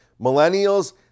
Millennials